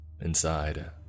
Inside